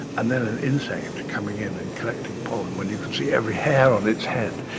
and then an insect coming in and collecting pollen where you can see every hair on its head,